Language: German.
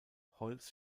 holz